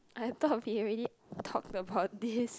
I thought we already talked about this